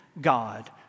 God